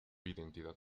identidad